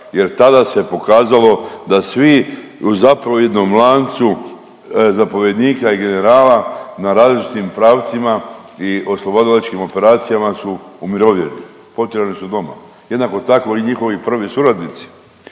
jer tada se pokazalo da svi u zapovjednom lancu zapovjednika i generala na različitim pravcima i oslobodilačkim operacijama su umirovljeni, potjerani su doma. Jednako tako i njihovi prvi suradnici.